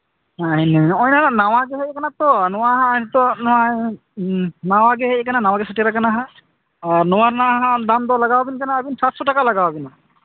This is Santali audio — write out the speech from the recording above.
ᱦᱮᱸ ᱤᱱᱟᱹᱜᱮ ᱦᱚᱸᱜᱼᱚᱭ ᱱᱟᱣᱟ ᱜᱮ ᱦᱮᱡ ᱟᱠᱟᱱᱟ ᱛᱚ ᱱᱚᱣᱟ ᱱᱤᱛᱳᱜ ᱱᱚᱣᱟ ᱱᱟᱣᱟ ᱜᱮ ᱦᱮᱡ ᱟᱠᱟᱱᱟ ᱱᱟᱣᱟ ᱜᱮ ᱥᱮᱪᱮᱨᱟᱠᱟᱱᱟ ᱦᱟᱸᱜ ᱟᱨ ᱱᱚᱣᱟ ᱨᱮᱱᱟᱜ ᱦᱟᱸᱜ ᱫᱟᱢ ᱫᱚ ᱞᱟᱜᱟᱣᱟᱵᱮᱱ ᱠᱟᱱᱟ ᱟᱵᱮᱱ ᱥᱟᱛᱥᱚ ᱴᱟᱠᱟ ᱞᱟᱜᱟᱣᱟᱵᱮᱱᱟ